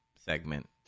segment